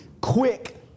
quick